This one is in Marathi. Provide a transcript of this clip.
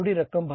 एम